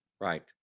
right